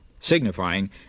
signifying